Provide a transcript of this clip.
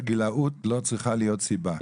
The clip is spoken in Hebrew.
שהגילנות לא צריכה להיות סיבה.